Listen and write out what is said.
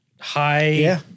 High